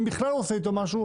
אם בכלל הוא עושה איתו משהו,